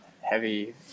heavy